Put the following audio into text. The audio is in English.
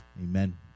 Amen